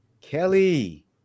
Kelly